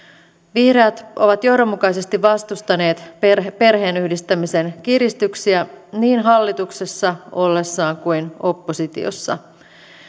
vihreät ovat johdonmukaisesti vastustaneet perheenyhdistämisen kiristyksiä niin hallituksessa ollessaan kuin oppositiossa